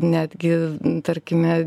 netgi tarkime